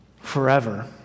forever